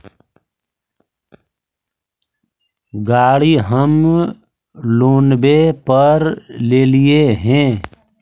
गाड़ी हम लोनवे पर लेलिऐ हे?